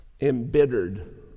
embittered